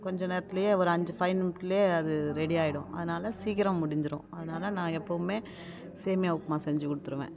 கொஞ்ச நேரத்துலேயே ஒரு அஞ்சு ஃபைவ் மினிட்ஸ் குள்ளேயே அது ரெடி ஆகிடும் அதனால சீக்கிரம் முடிச்சுரும் அதனால நான் எப்பவுமே சேமியா உப்புமா செஞ்சு கொடுத்துருவேன்